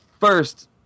first